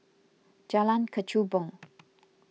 Jalan Kechubong